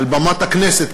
על במת הכנסת,